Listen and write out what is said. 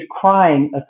crying